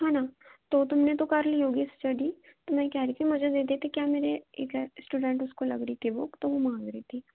हाँ न तो तुमने तो कर ली होगी स्टडी तो मैं कह रही थी मुझे दे देती क्या है मेरी एक है स्टूडेंट उसको लग रही थी बुक तो वो मांग रही थी